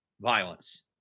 violence